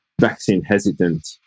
vaccine-hesitant